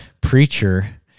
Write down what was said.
preacher